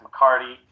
McCarty